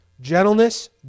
gentleness